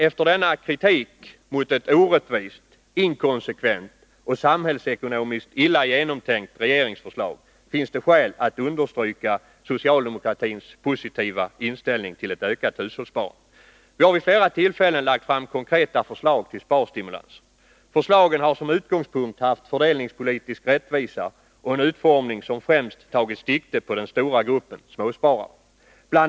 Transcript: Efter denna kritik emot ett orättvist, inkonsekvent och samhällsekonomiskt sett illa genomtänkt regeringsförslag finns det skäl att understryka socialdemokratins positiva inställning till ett ökat hushållssparande. Vi har vid flera tillfällen lagt fram konkreta förslag till sparstimulanser. Förslagen har som utgångspunkt haft fördelningspolitisk rättvisa och en utformning som främst tagit sikte på den stora gruppen småsparare. Bl.